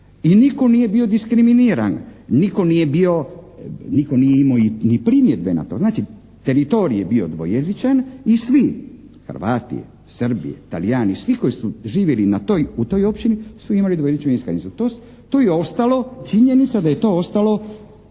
I nitko nije bio diskriminiran. Nitko nije imao ni primjedbe na to. Znači, teritorij je bio dvojezičan i svi Hrvati, Srbi, Talijani, svi koji su živjeli u toj općini su imali dvojezičnu iskaznicu. To je ostalo, činjenica da je to ostalo